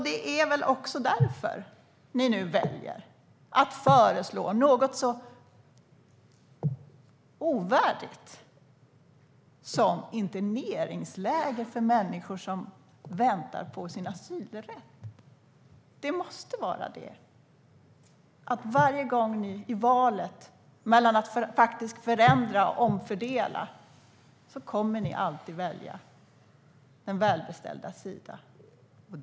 Det är väl därför ni också väljer att nu föreslå något så ovärdigt som interneringsläger för människor som väntar på att få söka asyl. Det måste vara så att ni i valet mellan att förändra och omfördela alltid kommer att välja de välbeställdas sida.